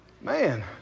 Man